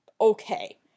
okay